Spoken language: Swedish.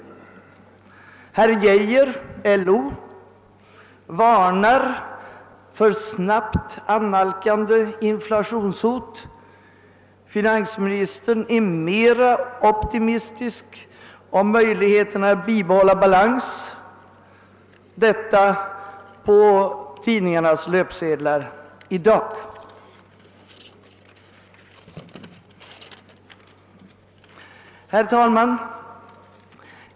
Enligt tidningslöpsedlarna i dag varnar herr Geijer i LO för ett snabbt annalkande inflationshot — finansministern är mer optimistisk när det gäller möjligheterna att bibehålla balans. Herr talman!